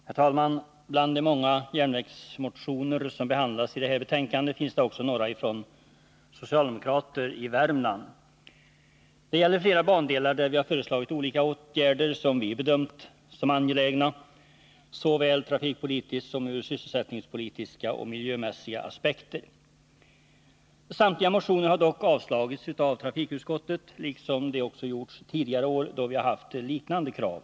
Herr talman! Bland de många järnvägsmotioner som behandlas i det här betänkandet finns också några från socialdemokrater i Värmland. Det gäller flera bandelar där vi föreslagit olika åtgärder som vi bedömt som angelägna, såväl trafikpolitiskt som ur sysselsättningspolitiska och miljömässiga aspekter. Samtliga motioner har dock avstyrkts av trafikutskottet, liksom de också gjorts tidigare år då vi haft liknande krav.